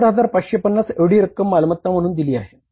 70550 एवढी रक्कम मालमत्ता म्हणून दिली आहे